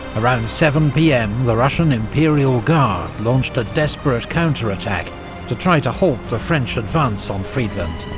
around seven pm the russian imperial guard launched a desperate counterattack to try to halt the french advance on friedland.